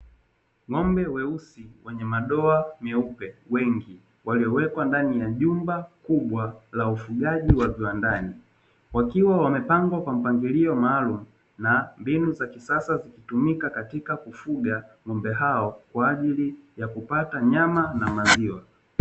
Ng'ombe weusi wenye madoa meupe wengi waliowekwa ndani ya jumba kubwa la ufugaji wa viwandani, wakiwa wamepangwa kwa mpangilio maalumu na mbinu za kisasa kutumika katika kufuga ng'ombe hao kwa ajili ya kupata nyama na maziwa.